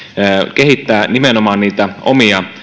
kehittää nimenomaan niitä omia